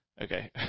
Okay